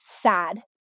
sad